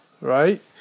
right